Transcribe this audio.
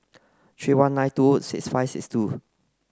three one nine two six five six two